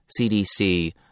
CDC